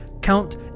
Count